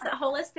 holistic